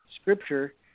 scripture